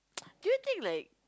do you think like